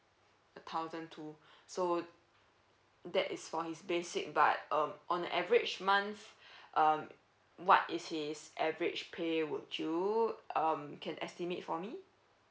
a thousand two so that is for his basic but um on average month um what is his average pay would you um can estimate for me